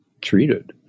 treated